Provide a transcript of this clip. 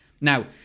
Now